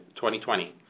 2020